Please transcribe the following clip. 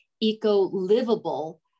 eco-livable